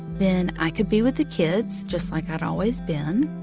then i could be with the kids just like i'd always been.